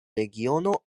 regiono